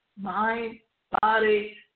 mind-body